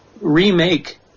remake